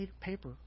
paper